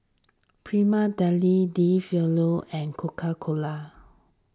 Prima Deli De Fabio and Coca Cola